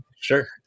Sure